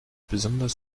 besonders